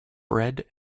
bread